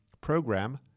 program